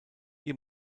ihr